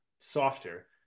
softer